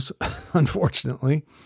unfortunately